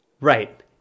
Right